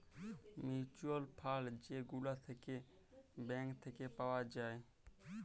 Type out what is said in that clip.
mutual fund যে গুলা থাক্যে ব্যাঙ্ক থাক্যে পাওয়া যায়